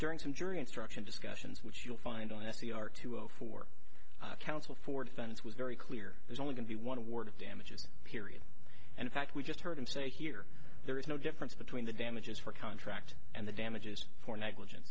during some jury instruction discussions which you'll find on s c are too old for counsel for defense was very clear there's only going to be one word of damages period and in fact we just heard him say here there is no difference between the damages for contract and the damages for negligence